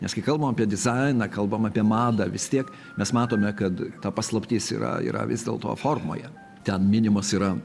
nes kai kalbam apie dizainą kalbam apie madą vis tiek mes matome kad ta paslaptis yra yra vis dėlto formoje ten minimas yra